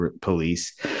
police